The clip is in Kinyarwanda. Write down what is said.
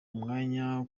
umwanya